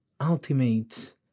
ultimate